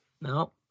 No